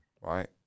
right